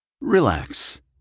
Relax